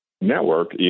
network